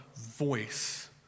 voice